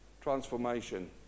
Transformation